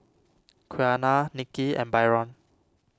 Quiana Nikki and Byron